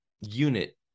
unit